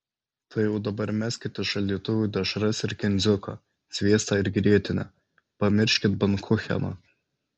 tai jau dabar meskit iš šaldytuvų dešras ir kindziuką sviestą ir grietinę pamirškit bankucheną